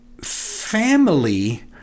family